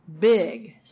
big